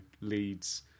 leads